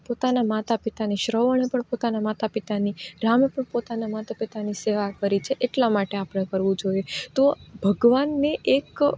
પોતાનાં માતાપિતાની શ્રવણે પણ પોતાનાં માતાપિતાની રામે પણ પોતાનાં માતા પિતાની સેવા કરી છે એટલા માટે આપણે કરવું જોઈએ તો ભગવાનને એક